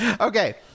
okay